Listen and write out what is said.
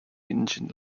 engine